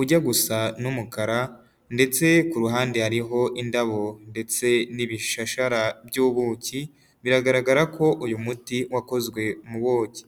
ujya gusa n'umukara ndetse ku ruhande hariho indabo ndetse n'ibishashara by'ubuki biragaragara ko uyu muti wakozwe mu buki.